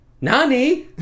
Nani